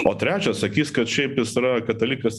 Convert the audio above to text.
o trečias sakys kad šiaip jis yra katalikas